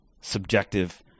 subjective